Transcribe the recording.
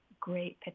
great